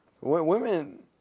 Women